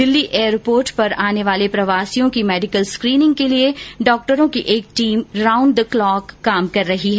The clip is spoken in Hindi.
दिल्ली एयरपोर्ट पर आने वाले प्रवासियों की मेडिकल स्क्रीनिंग के लिए डॉक्टरों की एक टीम राउंड द क्लोक काम कर रही है